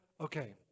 okay